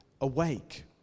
awake